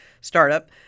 startup